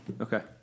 Okay